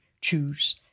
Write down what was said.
choose